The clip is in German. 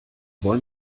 wollen